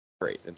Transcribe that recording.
great